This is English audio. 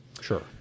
sure